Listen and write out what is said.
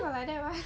got like that [one] ah